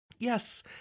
Yes